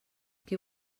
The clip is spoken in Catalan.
que